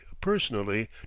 personally